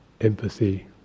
empathy